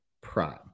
prime